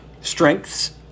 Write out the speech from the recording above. strengths